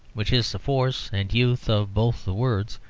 which is the force and youth of both the words,